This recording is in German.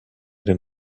den